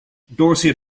dorsey